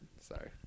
Sorry